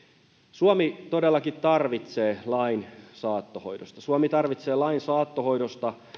suomi todellakin tarvitsee lain saattohoidosta suomi tarvitsee lain saattohoidosta